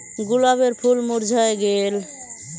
गुलाबेर फूल मुर्झाए गेल